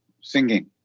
singing